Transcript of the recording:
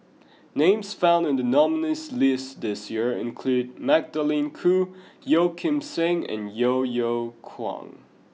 names found in the nominees' list this year include Magdalene Khoo Yeo Kim Seng and Yeo Yeow Kwang